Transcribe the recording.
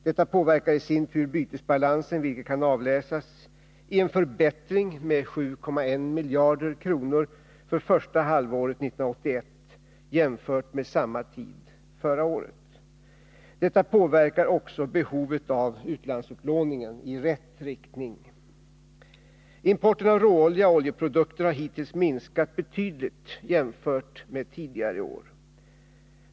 Detta påverkar i sin tur bytesbalansen, vilket kan avläsas i en förbättring med 7,1 miljarder kronor för första halvåret 1981 jämfört med samma tid förra året. Detta påverkar också behovet av utlandsupplåningen i rätt riktning. Importen av råolja och oljeprodukter har hittills minskat betydligt jämfört med tidigare år.